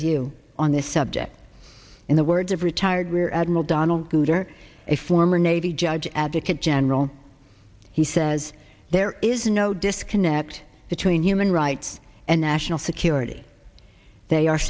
view on this subject in the words of retired rear admiral donald cooter a former navy judge advocate general he says there is no disconnect between human rights and national security they are